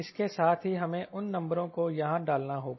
इसके साथ ही हमें उन नंबरों को यहां डालना होगा